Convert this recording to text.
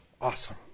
Awesome